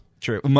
True